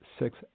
six